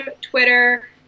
Twitter